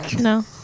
No